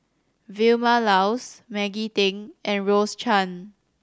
Vilma Laus Maggie Teng and Rose Chan